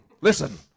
Listen